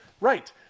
Right